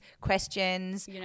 questions